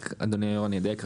אדוני היו"ר אני רק אדייק.